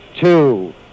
two